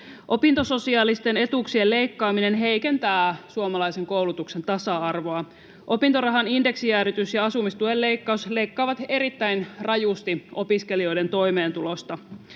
Opintososiaalisten etuuksien leikkaaminen heikentää suomalaisen koulutuksen tasa-arvoa. Opintorahan indeksijäädytys ja asumistuen leikkaus leikkaavat erittäin rajusti opiskelijoiden toimeentulosta.